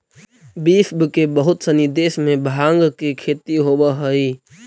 विश्व के बहुत सनी देश में भाँग के खेती होवऽ हइ